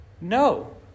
No